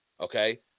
Okay